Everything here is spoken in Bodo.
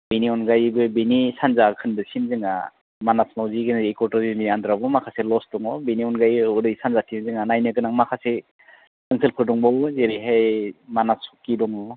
बेनि अनगायैबो बेनि सानजा खोन्दोसिम जोंना मानास मावजि गेन्द्रि एख' टुरिजिमनि आन्दारावबो माखासे लदस दङ बेनि अनगायै ओरै सानजाथिं जोंहा नायनो गोनां माखासे हटेलफोर दंबावो जेरैहाय मानास सुकि दङ